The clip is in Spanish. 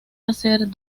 hacer